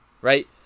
right